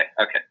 okay